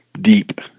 deep